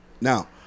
Now